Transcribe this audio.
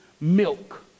milk